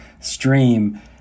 stream